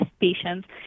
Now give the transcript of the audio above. patients